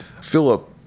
Philip